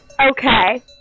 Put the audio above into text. Okay